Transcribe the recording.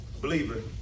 believer